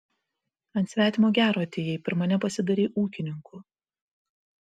ant svetimo gero atėjai per mane pasidarei ūkininku